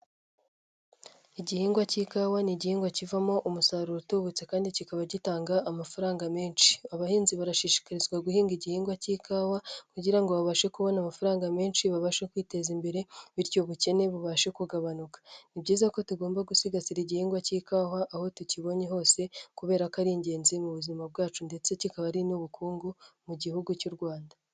Igihingwa k'ikawa ni igihingwa kivamo umusaruro utubutse kandi kikaba gitanga amafaranga menshi. Abahinzi barashishikarizwa guhinga igihingwa k'ikawa kugira ngo babashe kubona amafaranga menshi, babashe kwiteza imbere bityo ubukene bubashe kugabanuka. Ni byiza ko tugomba gusigasira igihingwa k'ikawa aho tukibonye hose kubera ko ari ingenzi mu buzima bwacu ndetse kikaba ari n'ubukungu mu Gihugu cy'u Rwanda.